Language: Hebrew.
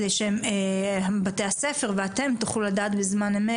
כדי שבתי הספר ואתם תוכלו לדעת בזמן אמת